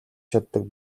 чаддаг